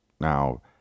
Now